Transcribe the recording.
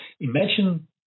Imagine